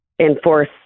enforce